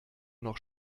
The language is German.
noch